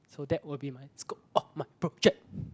so that will be my scope of my project